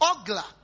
Ogla